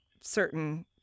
certain